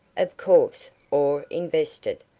of course or invested.